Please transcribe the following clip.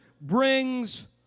brings